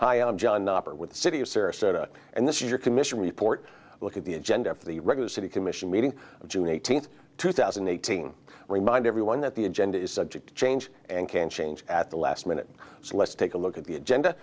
hi i'm john with the city of sarasota and this is your commission report look at the agenda for the regular city commission meeting june eighteenth two thousand and eighteen remind everyone that the agenda is subject to change and can change at the last minute so let's take a look at the agenda